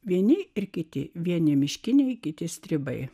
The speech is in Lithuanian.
vieni ir kiti vieni miškiniai kiti stribai